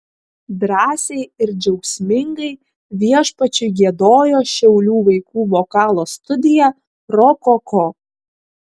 drąsiai ir džiaugsmingai viešpačiui giedojo šiaulių vaikų vokalo studija rokoko